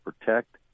protect